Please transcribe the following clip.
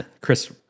Chris